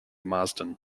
marsden